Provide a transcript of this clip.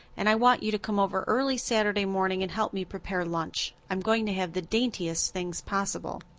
and i want you to come over early saturday morning and help me prepare lunch. i'm going to have the daintiest things possible.